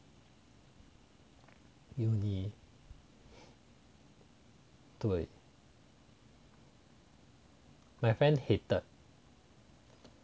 uni 对 my friend hated